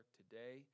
today